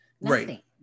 Right